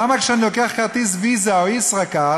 למה כשאני לוקח כרטיס "ויזה" או "ישראכרט",